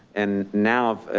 and now,